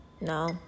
no